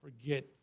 forget